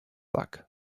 luck